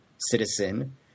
citizen